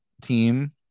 team